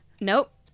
Nope